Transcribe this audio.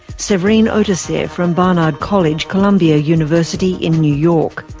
severine autesserre from barnard college, columbia university in new york.